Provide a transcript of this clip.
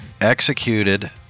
executed